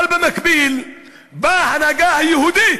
אבל במקביל באה ההנהגה היהודית,